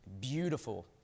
Beautiful